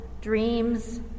dreams